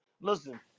listen